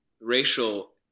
racial